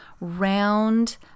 round